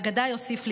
ואגדה יוסיף להיות.